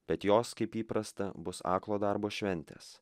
bet jos kaip įprasta bus aklo darbo šventės